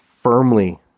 Firmly